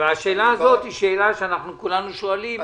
והשאלה הזאת היא שאלה שאנחנו כולנו שואלים.